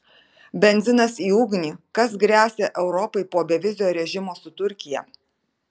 benzinas į ugnį kas gresia europai po bevizio režimo su turkija